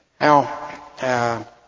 Now